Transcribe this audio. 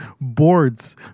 boards